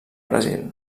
brasil